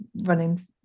running